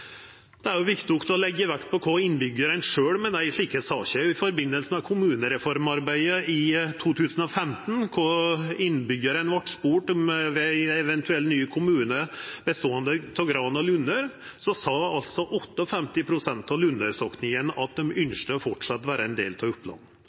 Det er òg viktig å leggja vekt på kva innbyggjarane sjølv meiner i slike saker. I samband med kommunereformarbeidet i 2015, då innbyggjarane vart spurde om ein eventuell ny kommune som skulle bestå av Gran og Lunner, svarte 58 pst. av dei som sokna til Lunner, at dei